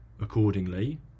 accordingly